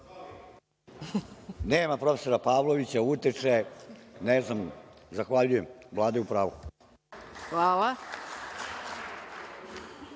Nema profesora Pavlovića, uteče, ne znam. Zahvaljuje. Vlada je u pravu. **Maja